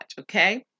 okay